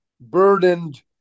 burdened